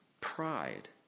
pride